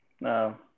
No